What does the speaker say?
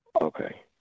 Okay